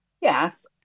yes